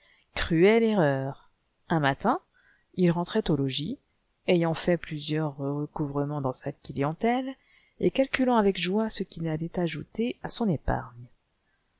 cruelle erreur un matin il rentrait au logis ayant fait plusieurs recouvrant dans sa clientèle et calculant avec joie ce qu'il allait ajouter à son épargne